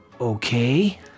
okay